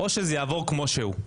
או שזה יעבור כמו שהוא.